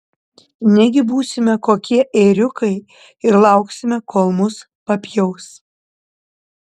negi būsime kokie ėriukai ir lauksime kol mus papjaus